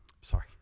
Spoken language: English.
sorry